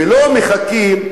ולא מחכים.